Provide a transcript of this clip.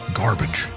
garbage